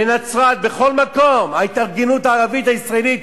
בנצרת, בכל מקום, ההתארגנות הערבית הישראלית